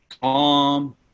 calm